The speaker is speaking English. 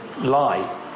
lie